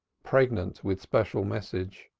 pregnant with special message.